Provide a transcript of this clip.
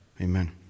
amen